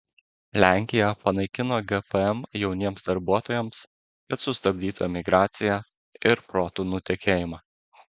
lenkija panaikino gpm jauniems darbuotojams kad sustabdytų emigraciją ir protų nutekėjimą